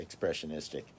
expressionistic